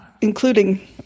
including